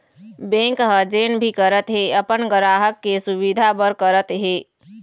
bank ह जेन भी करत हे अपन गराहक के सुबिधा बर करत हे